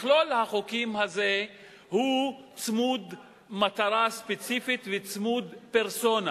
מכלול החוקים הזה הוא צמוד מטרה ספציפית וצמוד פרסונה,